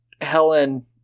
Helen